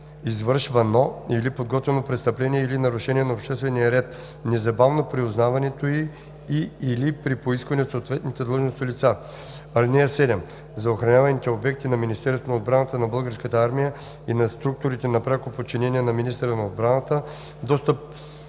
извършвано или подготвяно престъпление или нарушение на обществения ред, незабавно при узнаването й и/или при поискване от съответните длъжностни лица. (7) За охраняваните обекти на Министерството на отбраната, на Българската армия и на структурите на пряко подчинение на министъра на отбраната достъп